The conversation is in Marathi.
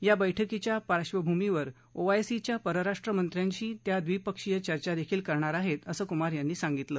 या बैठकीच्या पार्बंभूमीवर ओआयसीच्या परराष्ट्रमंत्र्यांशी त्या द्विपक्षीय चर्चा देखील करणार आहेत असं कुमार यांनी सांगितलं